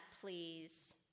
please